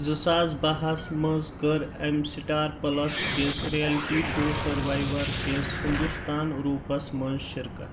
زٕساس بہہ ہَس منٛز كٔر امہِ سٹار پٕلس کِس ریلٹی شو سٔروایِور كِس ہندوستان روٗپس منٛز شركت